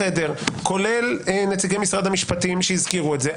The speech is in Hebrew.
כולל נציגי משרד המשפטים שהזכירו את זה,